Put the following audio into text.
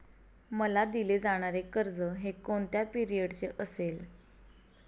मला दिले जाणारे कर्ज हे कोणत्या पिरियडचे असेल?